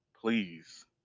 Please